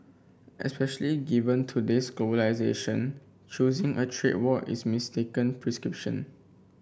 especially given today's globalisation choosing a trade war is a mistaken prescription